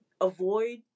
avoid